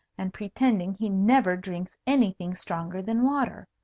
and pretending he never drinks anything stronger than water.